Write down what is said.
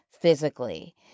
physically